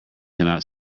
cannot